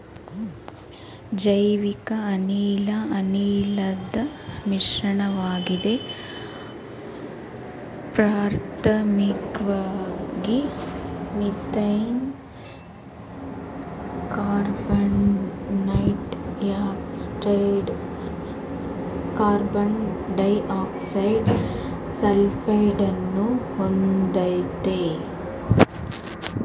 ಜೈವಿಕಅನಿಲ ಅನಿಲದ್ ಮಿಶ್ರಣವಾಗಿದೆ ಪ್ರಾಥಮಿಕ್ವಾಗಿ ಮೀಥೇನ್ ಕಾರ್ಬನ್ಡೈಯಾಕ್ಸೈಡ ಸಲ್ಫೈಡನ್ನು ಹೊಂದಯ್ತೆ